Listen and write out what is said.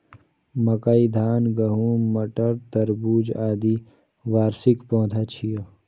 मकई, धान, गहूम, मटर, तरबूज, आदि वार्षिक पौधा छियै